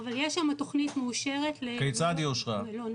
אבל יש שם תכנית מאושרת -- כיצד היא אושרה?